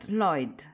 Lloyd